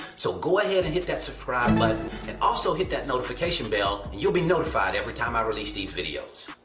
so go ahead and hit that so um like and also hit that notification bell, and you'll be notified every time i release these videos.